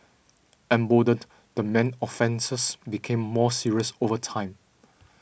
emboldened the man's offences became more serious over time